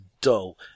dull